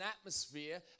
atmosphere